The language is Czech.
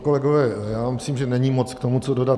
Kolegové, já myslím, že není moc k tomu co dodat.